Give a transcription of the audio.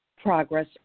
Progress